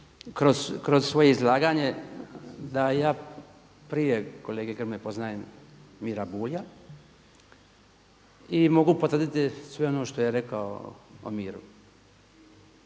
kroz svoje izlaganje da ja prije kolege Grmoje poznajem Miru Bulja i mogu potvrditi sve ono što je rekao o Miri.